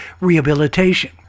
rehabilitation